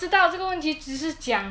我不知道这个问题只是